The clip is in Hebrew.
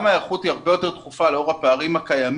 גם ההיערכות היא הרבה יותר דחופה לאור הפערים הקיימים.